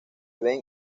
ben